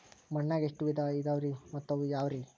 ಮಣ್ಣಾಗ ಎಷ್ಟ ವಿಧ ಇದಾವ್ರಿ ಮತ್ತ ಅವು ಯಾವ್ರೇ?